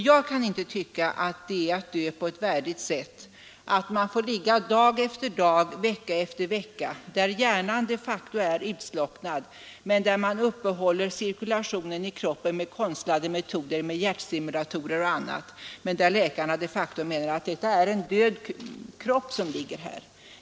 Jag kan inte tycka att det är ett värdigt sätt att dö för den som dag efter dag, vecka efter vecka får ligga med en de facto utslocknad hjärna, men där man uppehåller cirkulationen i kroppen med konstlade metoder, hjärtsimulatorer och annat. Det är enligt läkarna en död kropp som ligger där.